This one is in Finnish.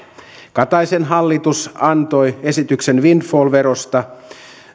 kataisen hallitus antoi esityksen wind fall verosta